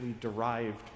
derived